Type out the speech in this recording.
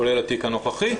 כולל התיק הנוכחי,